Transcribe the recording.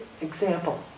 example